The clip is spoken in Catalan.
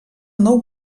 nou